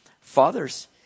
fathers